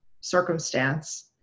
circumstance